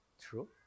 True